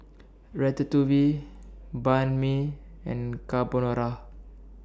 Ratatouille Banh MI and Carbonara